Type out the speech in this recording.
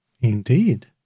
Indeed